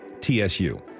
TSU